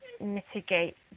mitigate